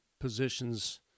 positions